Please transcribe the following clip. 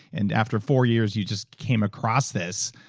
and after four years, you just came across this.